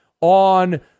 on